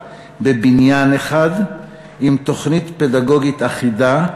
בבניין אחד עם תוכנית פדגוגית אחידה,